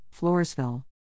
Floresville